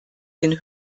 den